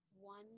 one